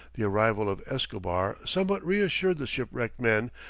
the arrival of escobar somewhat reassured the shipwrecked men,